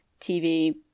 TV